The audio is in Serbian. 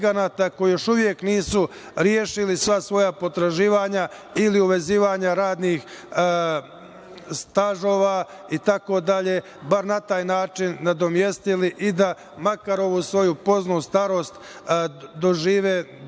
još uvek nisu rešili sva svoja potraživanja ili uvezivanja radnih stažova itd, bar na taj način nadomestili i da makar ovu svoju poznu starost dožive bilo